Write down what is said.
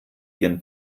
ihren